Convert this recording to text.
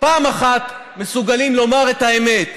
פעם אחת מסוגלים לומר את האמת,